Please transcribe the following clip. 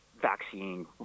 vaccine